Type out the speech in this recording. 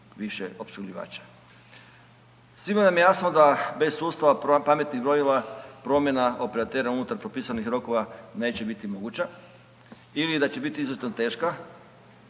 više opskrbljivača. Svima nam je jasno da bez sustava pametnih brojila promjena operatera unutar propisani rokova neće biti moguća ili da će biti izuzetno teška